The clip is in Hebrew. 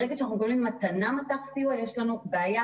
ברגע שאנחנו מקבלים מתנה מט"ח סיוע יש לנו בעיה